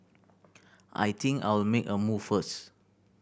I think I'll make a move first